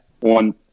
on